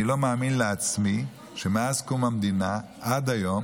אני לא מאמין לעצמי שמאז קום המדינה ועד היום,